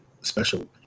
special